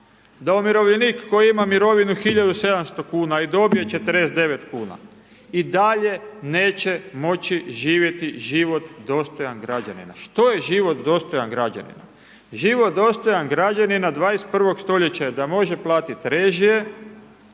da umirovljenik koji ima mirovinu hiljadu i 700 kuna i dobije 49 kuna i dalje neće moći živjeti život dostojan građanina. Što je život dostojan građanina? Život dostojan građanina 21. stoljeća je da može platiti režije,